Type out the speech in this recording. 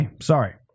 sorry